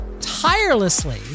tirelessly